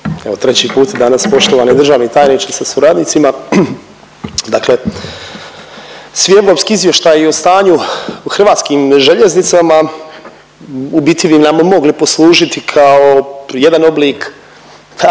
Evo treći put danas, poštovani državni tajniče sa suradnicima. Dakle, svi europski izvještaji o stanju u HŽ-u u biti bi nam mogli poslužiti kao jedan oblik